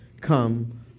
come